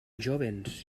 jóvens